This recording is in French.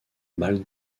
mâle